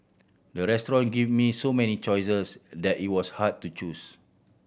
the restaurant give me so many choices that it was hard to choose